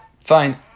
fine